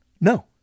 no